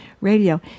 Radio